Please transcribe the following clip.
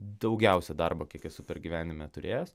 daugiausia darbo kiek esu per gyvenime turėjęs